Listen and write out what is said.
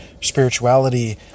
spirituality